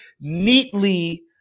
neatly